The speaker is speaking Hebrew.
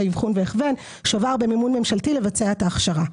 אבחון והכוון שובר במימון ממשלתי לבצע את ההכשרה.